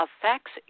affects